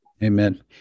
Amen